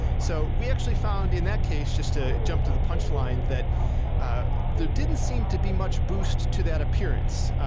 so we actually found, in that case, just to jump to the punch line that ah there didn't seem to be much boost to that appearance.